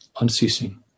unceasing